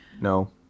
No